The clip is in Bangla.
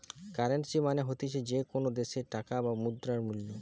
কারেন্সী মানে হতিছে যে কোনো দ্যাশের টাকার বা মুদ্রার মূল্য